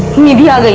media